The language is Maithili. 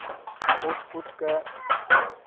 कूटि कूटि कऽ